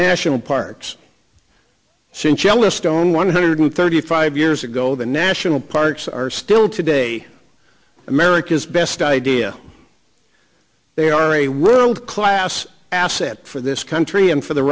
national parks syncellus stone one hundred thirty five years ago the national parks are still today america's best idea they are a road class asset for this country and for the